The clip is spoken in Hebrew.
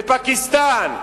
בפקיסטן?